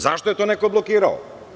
Zašto je to neko blokirao?